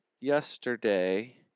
yesterday